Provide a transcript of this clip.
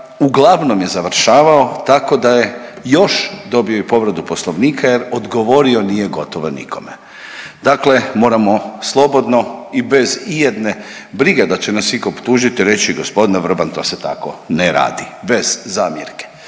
uglavnom je završavao tako da je još dobio i povredu poslovnika jer odgovorio nije gotovo nikome, dakle moramo slobodno i bez ijedne brige da će nas iko optužiti reći g. Vrban to se tako ne radi, bez zamjerke.